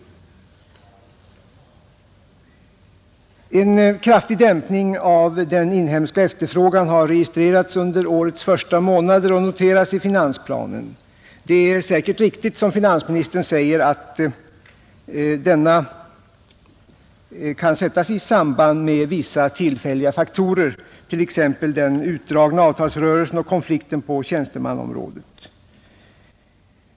En kraftig dämpning av den inhemska efterfrågan har registrerats under årets första månader och noteras i finansplanen. Det är säkert riktigt, som finansministern säger, att denna kan sättas i samband med vissa tillfälliga faktorer, t.ex. den utdragna avtalsrörelsen och konflikten på tjänstemannaområdet.